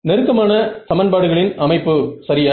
நெருக்கமான சமன்பாடுகளின் அமைப்பு சரியா